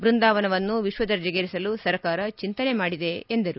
ಬೃಂದಾವನವನ್ನು ವಿಶ್ವದರ್ಜೆಗೇರಿಸಲು ಸರ್ಕಾರ ಚಿಂತನೆ ಮಾಡಿದೆ ಎಂದರು